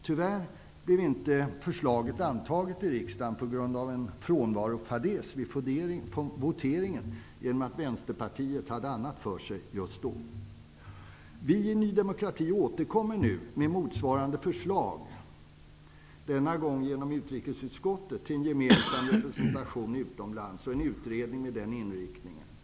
Tyvärr blev förslaget inte antaget i riksdagen, på grund av en frånvarofadäs vid voteringen, genom att Vänsterpartiet hade annat för sig just då. Vi i Ny demokrati återkommer nu med motsvarande förslag, denna gång genom utrikesutskottet, till en gemensam representation utomlands och en utredning med den inriktningen.